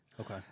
Okay